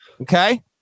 Okay